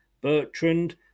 Bertrand